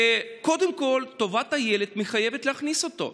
וקודם כול טובת הילד מחייבת להכניס אותו,